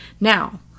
Now